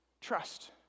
trust